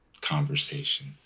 conversation